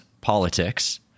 politics